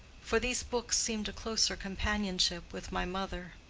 for these books seemed a closer companionship with my mother